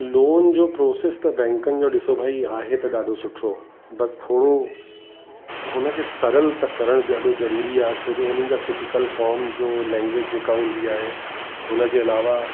loan जो process त बैंकनि जो ॾिसो भाई आहे त ॾाढो सुठो बसि थोरो हुन खे सरल त करणु ॾाढो ज़रूरी आहे छोजो हुननि जा टिपिकल फोर्म जो लैंग्वेज जेका हूंदी आहे हुन जे अलावा